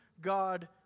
God